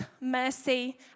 mercy